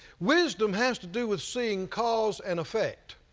wisdom has to do with seeing cause-and-effect,